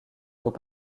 faut